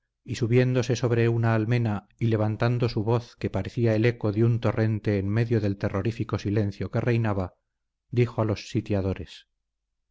y subiéndose sobre una almena y levantando su voz que parecía el eco de un torrente en medio del terrorífico silencio que reinaba dijo a los sitiadores